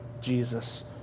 Jesus